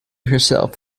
herself